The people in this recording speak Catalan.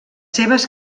seves